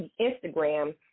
Instagram